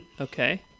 Okay